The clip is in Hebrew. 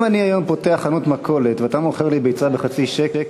אם אני היום פותח חנות מכולת ואתה מוכר לי ביצה בחצי שקל,